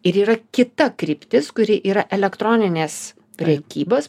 ir yra kita kryptis kuri yra elektroninės prekybos